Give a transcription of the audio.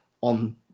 on